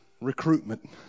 recruitment